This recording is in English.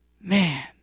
Man